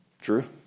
True